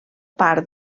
part